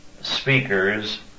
speakers